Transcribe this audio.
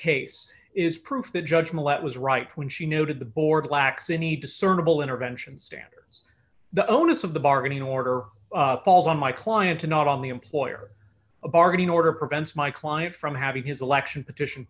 case is proof the judge millette was right when she noted the board lacks any discernible intervention standards the onus of the bargaining order falls on my client and not on the employer a bargaining order prevents my client from having his election petition